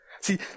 See